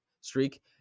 streak